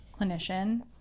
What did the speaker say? clinician